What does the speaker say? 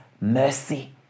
mercy